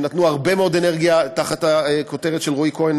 שנתנו הרבה מאוד אנרגיה תחת הכותרת של רועי כהן,